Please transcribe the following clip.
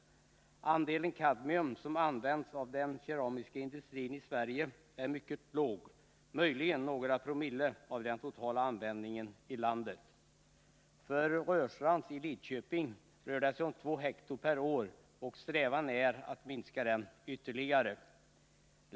Andelen kadmium som används av den keramiska industrin i Sverige är mycket låg. möjligen några promille av den totala användningen i landet. För Rörstrands i Lidköping rör det sig om två hekto per år, och strävan är att minska kvantiteten ytterligare.